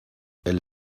elle